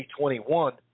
2021